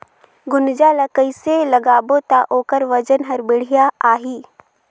गुनजा ला कइसे लगाबो ता ओकर वजन हर बेडिया आही?